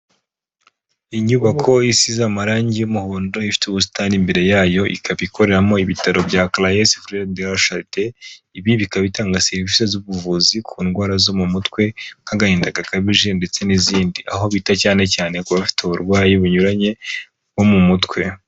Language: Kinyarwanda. Inyubako isize amarangi y'umuhondo ifite ubusitani mbere yayo ikaba ikoreramo ibitaro bya Caraes freres de la charite ibi bikaba bitanga serivisi z'ubuvuzi ku ndwara zo mu mutwe nk'agahinda gakabije ndetse n'izindi aho bita cyane cyane ku bafite uburwayi bunyuranye bwo mu mutwe.